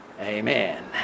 Amen